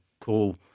call